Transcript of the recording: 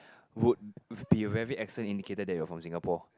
would be very accent indicated that you're from Singapore